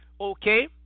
okay